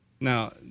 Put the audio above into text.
Now